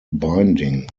binding